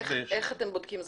איך אתם בודקים זכאות?